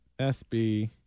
SB